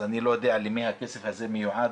אז אני לא יודע למי הכסף הזה מיועד,